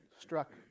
struck